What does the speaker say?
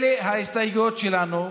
אלה ההסתייגויות שלנו,